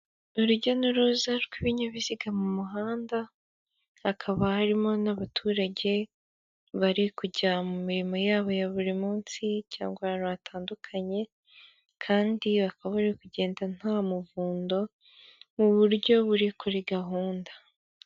Urujya n'uruza rw'ibinyabiziga mu muhanda, hakaba harimo n'abaturage bari kujya mu mirimo yabo ya buri munsi cyangwa ahantu hatandukanye kandi bakaba bari kugenda nta muvundo mu buryo buri kuri gahunda.